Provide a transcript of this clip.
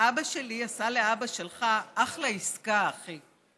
אבא שלי עשה לאבא שלך אחלה עסקה, אחי.